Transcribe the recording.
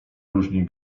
różni